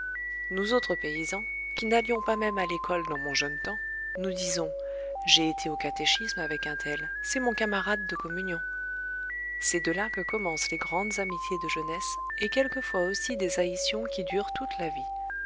nous autres paysans qui n'allions pas même à l'école dans mon jeune temps nous disons j'ai été au catéchisme avec un tel c'est mon camarade de communion c'est de là que commencent les grandes amitiés de jeunesse et quelquefois aussi des haïtions qui durent toute la vie